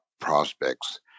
prospects